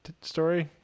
story